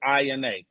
INA